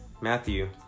Matthew